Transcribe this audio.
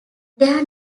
their